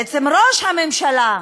בעצם, ראש הממשלה,